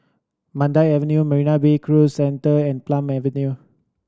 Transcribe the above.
Mandai Avenue Marina Bay Cruise Centre and Palm Avenue